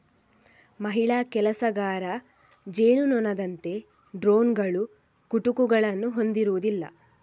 ಮಹಿಳಾ ಕೆಲಸಗಾರ ಜೇನುನೊಣದಂತೆ ಡ್ರೋನುಗಳು ಕುಟುಕುಗಳನ್ನು ಹೊಂದಿರುವುದಿಲ್ಲ